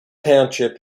township